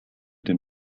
den